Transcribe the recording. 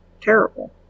terrible